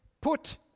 put